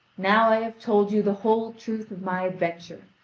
now i have told you the whole truth of my adventure.